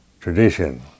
tradition